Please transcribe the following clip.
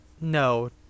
no